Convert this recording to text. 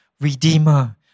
redeemer